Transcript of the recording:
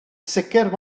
sicr